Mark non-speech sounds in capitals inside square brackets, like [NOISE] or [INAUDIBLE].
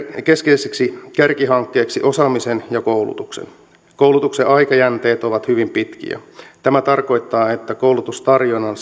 keskeiseksi kärkihankkeeksi osaamisen ja koulutuksen koulutuksen aikajänteet ovat hyvin pitkiä tämä tarkoittaa että koulutustarjonnan [UNINTELLIGIBLE]